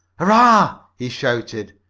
hurrah! he shouted.